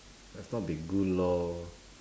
let's not be good lor